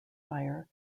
fire